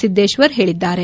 ಸಿದ್ದೇಶ್ವರ್ ಹೇಳಿದ್ದಾರೆ